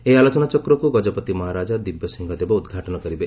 ଏହି ଆଲୋଚନାଚକ୍ରକୁ ଗଜପତି ମହାରାଜ ଦିବ୍ୟସିଂହଦେଓ ଉଦ୍ଘାଟନ କରିବେ